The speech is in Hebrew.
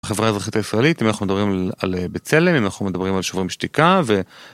החברה האזרחית הישראלית, אם אנחנו מדברים על בצלם, אם אנחנו מדברים על שוברים שתיקה ו...